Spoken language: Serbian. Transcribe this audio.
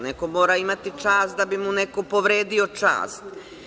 Neko mora imati čast da bi mu neko povredio čast.